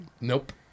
Nope